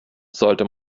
sollte